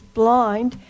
blind